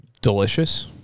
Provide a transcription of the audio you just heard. Delicious